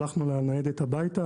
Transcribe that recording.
שלחנו לה ניידת הביתה.